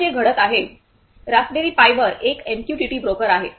आता जे घडते आहे रासबेरी पाई वर एक एमक्यूटीटी ब्रोकर आहे